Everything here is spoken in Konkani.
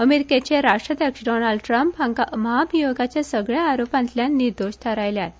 अमेरीकेचे राष्ट्राध्यक्ष डोनाल्ड ट्रम्प हांका महाभियोगाच्या सगळ्या आरोपांतल्यान निर्दोष थारायल्यात